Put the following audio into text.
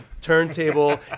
turntable